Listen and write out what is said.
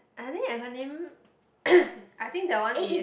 I think acronym I think that one is